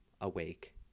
awake